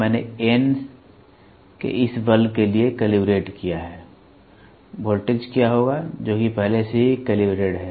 मैंने N के इस बल के लिए कैलिब्रेट किया है वोल्टेज क्या होगा जो की पहले से ही कैलिब्रेटेड है